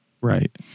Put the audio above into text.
Right